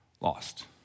lost